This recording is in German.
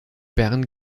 bern